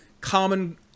common